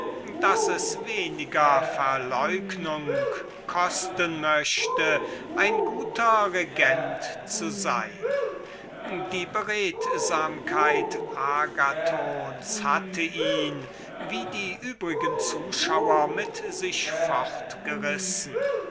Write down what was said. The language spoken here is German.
daß es weniger verleugnung kosten möchte ein guter fürst zu sein die beredsamkeit agathons hatte ihn wie die übrige zuhörer mit sich